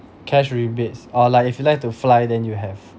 cash rebates or like if you like to fly then you have